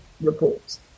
reports